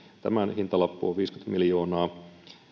tämän hintalappu on viisikymmentä miljoonaa